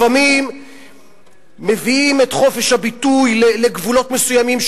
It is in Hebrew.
לפעמים מביאים את חופש הביטוי לגבולות מסוימים,